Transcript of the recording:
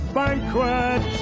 banquet